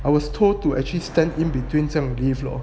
I was told to actually stand in between seventy floor